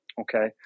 okay